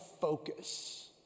focus